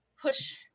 push